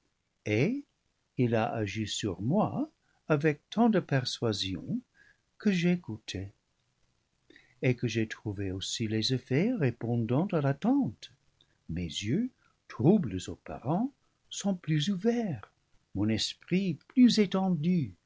il a agi sur moi avec tant de persuasion que j'ai goûté et que j'ai trouvé aussi les effets répondant à l'at tente mes yeux troubles auparant sont plus ouverts mon esprit plus étendu